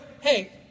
hey